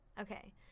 Okay